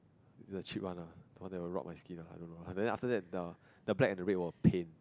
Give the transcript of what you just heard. is the cheap one lah the one that will rot my skin lah I don't know then after that the the black and red will paint